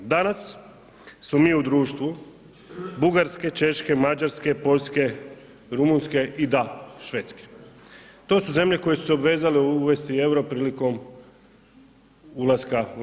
Danas smo mi u društvu Bugarske, Češke, Mađarske, Poljske, Rumunjske i da Švedske, to su zemlje koje su se obvezale uvesti EUR-o prilikom ulaska u EU.